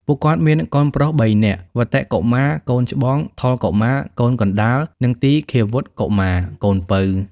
ពួកគាត់មានកូនប្រុសបីនាក់ វត្តិ កុមារ (កូនច្បង) ថុល កុមារ (កូនកណ្ដាល) និងទីឃាវុត្ត កុមារ (កូនពៅ)។